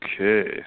Okay